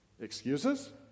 Excuses